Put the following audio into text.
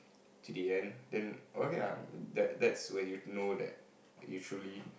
to the end then okay ah that that's when you know that you truly